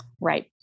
Right